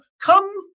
come